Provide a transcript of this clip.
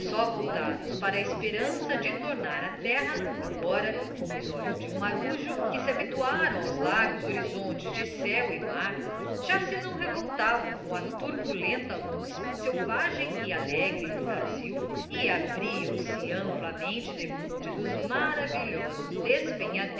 voltados para a esperança de tornar à terra agora como os olhos de um marujo que se habituaram aos largos horizontes de céu e mar já se não revoltavam com a turbulenta luz selvagem e alegre do brasil e abriam-se amplamente defronte dos maravilhosos despenhadeiros